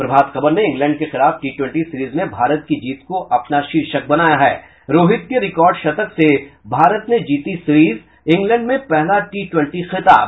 प्रभात खबर ने इंग्लैंड के खिलाफ टी टवेंटी सीरीज में भारत की जीत को अपना शीर्षक बनाया है रोहित के रिकॉर्ड शतक से भारत ने जीती सीरीज इंग्लैंड में पहला टी टवेंटी खिताब